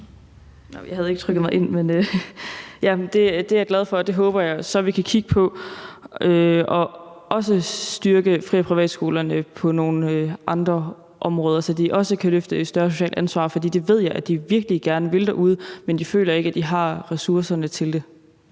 Artmann Andresen (LA): Det er jeg glad for, og det håber jeg så vi kan kigge på – og også kigge på at styrke fri- og privatskolerne på nogle andre områder, så de også kan løfte et større socialt ansvar. For det ved jeg at de virkelig gerne vil derude, men de føler ikke, at de har ressourcerne til det.